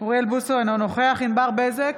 אינו נוכח ענבר בזק,